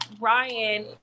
Ryan